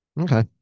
Okay